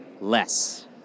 less